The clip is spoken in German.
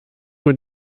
wohl